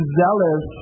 zealous